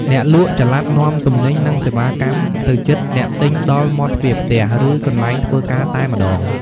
អ្នកលក់ចល័តនាំទំនិញ និងសេវាកម្មទៅជិតអ្នកទិញដល់មាត់ទ្វារផ្ទះ ឬកន្លែងធ្វើការតែម្តង។